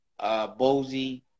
Bozy